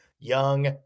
Young